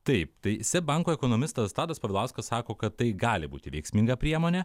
taip tai seb banko ekonomistas tadas povilauskas sako kad tai gali būti veiksminga priemonė